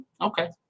Okay